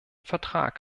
vertrag